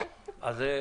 דואגים לכבודה של הוועדה.